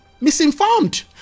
misinformed